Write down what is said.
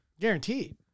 Guaranteed